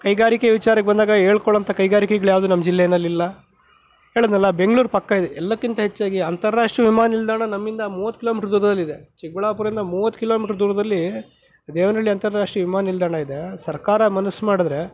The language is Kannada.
ಕೈಗಾರಿಕೆ ವಿಚಾರಕ್ಕೆ ಬಂದಾಗ ಹೇಳ್ಕೊಳಂಥ ಕೈಗಾರಿಕೆಗಳು ಯಾವುದೂ ನಮ್ಮ ಜಿಲ್ಲೆಯಲ್ಲಿಲ್ಲ ಹೇಳಿದ್ನಲ್ಲ ಬೆಂಗಳೂರು ಪಕ್ಕ ಇದೆ ಎಲ್ಲಕ್ಕಿಂತ ಹೆಚ್ಚಾಗಿ ಅಂತರ ರಾಷ್ಟ್ರೀಯ ವಿಮಾನ ನಿಲ್ದಾಣ ನಮ್ಮಿಂದ ಮೂವತ್ತು ಕಿಲೋಮೀಟರ್ ದೂರದಲ್ಲಿದೆ ಚಿಕ್ಕಬಳ್ಳಾಪುರದಿಂದ ಮೂವತ್ತು ಕಿಲೋಮೀಟರ್ ದೂರದಲ್ಲಿ ದೇವನಹಳ್ಳಿ ಅಂತರ ರಾಷ್ಟ್ರೀಯ ವಿಮಾನ ನಿಲ್ದಾಣ ಇದೆ ಸರ್ಕಾರ ಮನಸ್ಸು ಮಾಡಿದ್ರೆ